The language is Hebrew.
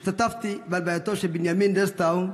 השתתפתי בהלווייתו של בנימין דסטאו,